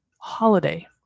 holiday